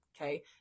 okay